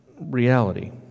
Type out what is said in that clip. reality